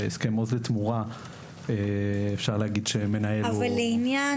בהסכם עוז לתמורה מנהל הוא --- אבל לעניין